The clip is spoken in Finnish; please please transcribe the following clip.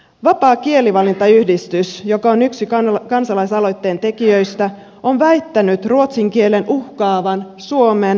vapaa kielivalinta yhdistys joka on yksi kansalaisaloitteen tekijöistä on väittänyt ruotsin kielen uhkaavan suomen hyvinvointiyhteiskuntaa